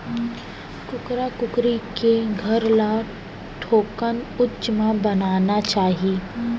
कुकरा कुकरी के घर ल थोकन उच्च म बनाना चाही